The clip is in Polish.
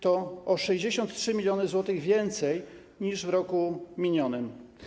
To o 63 mln zł więcej niż w roku minionym.